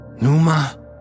Numa